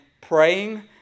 praying